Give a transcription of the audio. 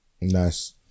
Nice